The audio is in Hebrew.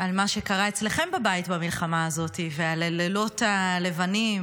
מה שקרה אצלכם בבית במלחמה הזאת ועל הלילות הלבנים,